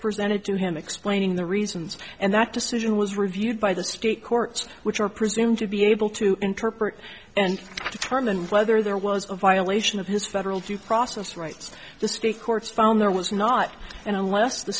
presented to him explaining the reasons and that decision was reviewed by the state courts which are presumed to be able to interpret and determine whether there was a violation of his federal due process rights the ski courts found there was not and